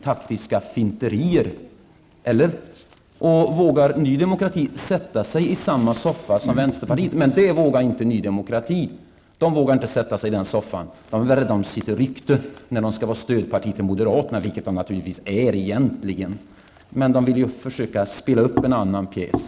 Därmed testade vi om Ny Demokrati vågade sätta sig i samma soffa som vänsterpartiet. Det vågade inte Ny Demokrati. Man är rädd om sitt rykte när man skall vara stödparti till moderaterna. Det är naturligtvis vad man egentligen är, även om man försöker spela upp en annan pjäs.